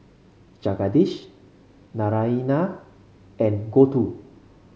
Jagadish Naraina and Gouthu